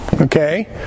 Okay